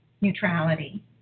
neutrality